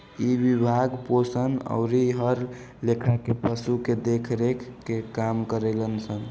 इ विभाग पोसल अउरी हर लेखा के पशु के देख रेख के काम करेलन सन